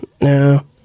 No